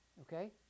Okay